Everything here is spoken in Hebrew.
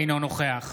אינו נוכח